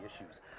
issues